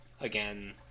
again